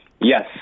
Yes